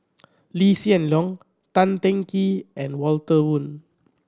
Lee Hsien Loong Tan Teng Kee and Walter Woon